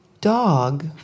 dog